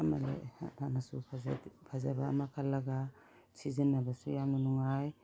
ꯑꯃ ꯂꯩ ꯌꯥꯝꯅꯁꯨ ꯐꯖꯩ ꯐꯖꯕ ꯑꯃ ꯈꯜꯂꯒ ꯁꯤꯖꯤꯟꯅꯕꯁꯨ ꯌꯥꯝꯅ ꯅꯨꯡꯉꯥꯏ